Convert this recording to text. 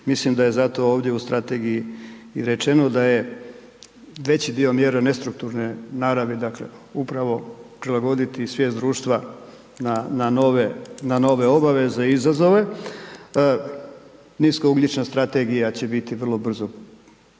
mislim da je zato ovdje u Strategiji i rečeno da je veći dio mjera nestrukturne naravi, dakle upravo prilagoditi svijest društva na nove, na nove obaveze i izazove. Nisko ugljična strategija će biti vrlo brzo